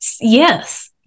Yes